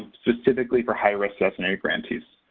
specifically for high-risk designated grantees.